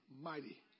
mighty